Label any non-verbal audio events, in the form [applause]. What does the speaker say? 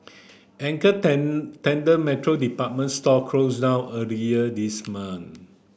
Anchor [unintelligible] tenant Metro department store closed down earlier this month